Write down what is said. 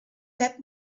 pep